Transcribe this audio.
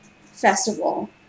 festival